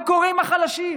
מה קורה עם החלשים?